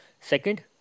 Second